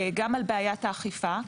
גם על בעיית האכיפה,